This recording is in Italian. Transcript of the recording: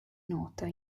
nota